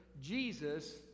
Jesus